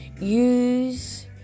use